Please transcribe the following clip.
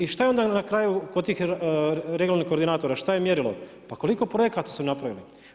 I što je onda na kraju, kod tih regionalnih koordinatora, što je mjerilo, pa koliko projekata su napravili.